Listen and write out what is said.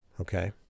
okay